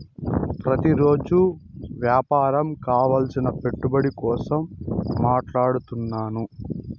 ప్రతిరోజు వ్యాపారం కావలసిన పెట్టుబడి కోసం మాట్లాడుతున్నాను